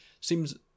Seems